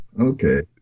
okay